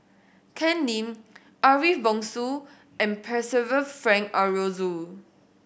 Ken Lim Ariff Bongso and Percival Frank Aroozoo